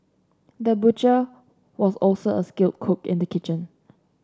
the butcher was also a skilled cook in the kitchen